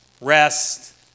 rest